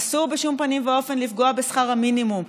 אסור בשום פנים ואופן לפגוע בשכר המינימום.